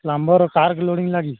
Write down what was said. plumber କାର୍କୁ ମଜୁରୀ ଲାଗି